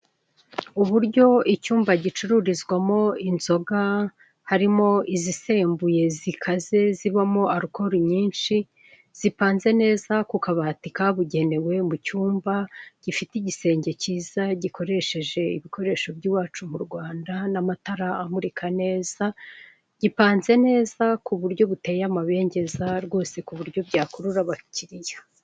Uburyo icyumba gicururizwamo inzoga harimo izisembuye zikaze zibamo arukoro nyinshi zipanze neza ku kabati kabugenewe mu cyumba gifite igisenge kiza gikoresheje ibikoresho by'iwacu mu Rwanda n'amatara amurika neza, gipanze neza ku buryo buteye amabengeza rwose ku buryo byakurura abakiriya.